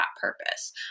purpose